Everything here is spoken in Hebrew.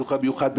בחינוך המיוחד,